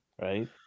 right